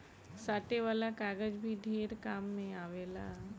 साटे वाला कागज भी ढेर काम मे आवेला